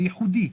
זה ייחודי.